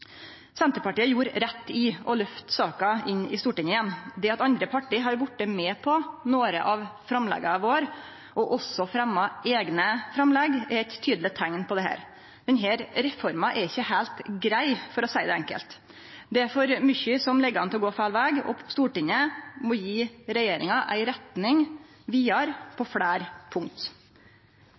Senterpartiet gjorde rett i å løfte saka inn i Stortinget igjen. Det at andre parti har vorte med på nokre av framlegga våre og også fremja eigne framlegg, er eit tydeleg teikn på dette. Denne reforma er ikkje heilt grei, for å seie det enkelt. Det er for mykje som ligg an til å gå feil veg, og Stortinget må gje regjeringa ei retning vidare på fleire punkt.